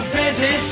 busy